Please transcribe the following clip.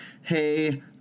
hey